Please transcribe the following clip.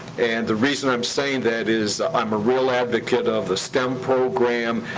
and the reason i'm saying that is i'm a real advocate of the stem program,